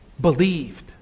Believed